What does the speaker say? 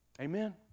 Amen